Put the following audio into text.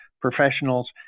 professionals